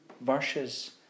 verses